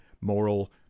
moral